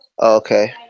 Okay